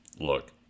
Look